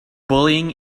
bullying